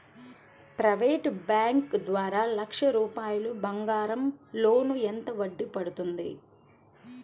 Private bank ద్వారా లక్ష రూపాయలు బంగారం లోన్ ఎంత వడ్డీ పడుతుంది?